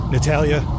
Natalia